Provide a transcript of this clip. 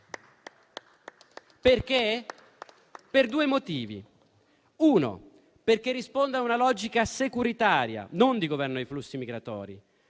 Perché? Anzi tutto, perché risponde a una logica securitaria, non di governo dei flussi migratori,